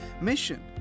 Mission